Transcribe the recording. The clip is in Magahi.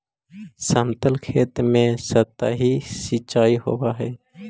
समतल खेत में सतही सिंचाई होवऽ हइ